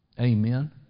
Amen